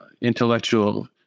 intellectual